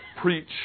Preach